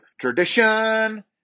Tradition